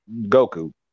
Goku